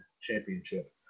Championship